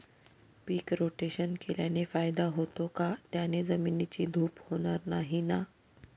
पीक rotation केल्याने फायदा होतो का? त्याने जमिनीची धूप होणार नाही ना?